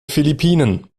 philippinen